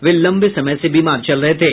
वे लंबे समय से बीमार चल रहे थे